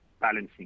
balancing